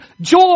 joy